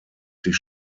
sich